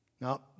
Now